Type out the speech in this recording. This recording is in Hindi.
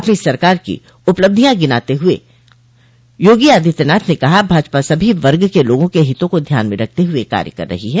अपनी सरकार की उपलब्धियां गिनाते हुए योगी आदित्यनाथ ने कहा कि भाजपा सभी वर्ग के लोगों के हितों को ध्यान में रखते हुए कार्य कर रही है